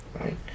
right